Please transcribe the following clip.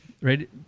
Right